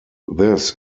this